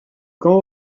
quand